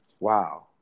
Wow